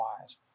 wise